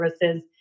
services